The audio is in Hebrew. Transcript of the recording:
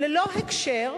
ללא הקשר,